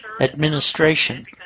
administration